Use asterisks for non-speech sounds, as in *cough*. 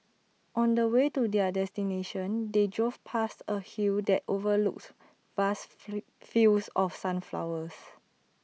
on the way to their destination they drove past A hill that overlooked vast *noise* fields of sunflowers